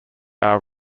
are